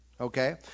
okay